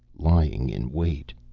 lying in wait.